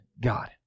God